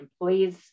employees